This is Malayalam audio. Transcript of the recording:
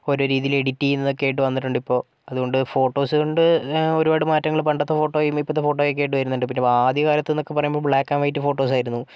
ഒരു രീതിയിൽ എഡിറ്റ് ചെയ്യുന്നതൊക്കെയായിട്ട് വന്നിട്ടുണ്ടിപ്പോൾ അതുകൊണ്ട് ഫോട്ടോസ് കൊണ്ട് ഒരുപാട് മാറ്റങ്ങൾ പണ്ടത്തെ ഫോട്ടോയും ഇപ്പോഴത്തെ ഫോട്ടോയും ആയിട്ടൊക്കെ വരുന്നുണ്ട് പിന്നെ ആദ്യകാലത്തെന്നൊക്കെ പറയുമ്പോൾ ബ്ലാക്ക് ആൻഡ് വൈറ്റ് ഫോട്ടോസ്സായിരുന്നു